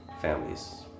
families